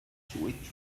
switch